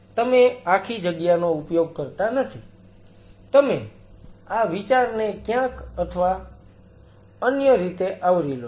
તમે આખી જગ્યાનો ઉપયોગ કરતા નથી તમે આ વિચારને ક્યાંક અથવા અન્ય રીતે આવરી લો છો